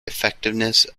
effectiveness